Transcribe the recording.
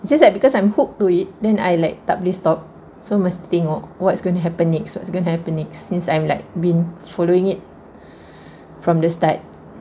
it's just that because I'm hooked to it then I like tak boleh stop so mesti tengok what's going to happen next what's gonna happiness since I'm like been following it from the start